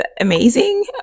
amazing